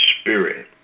spirit